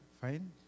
fine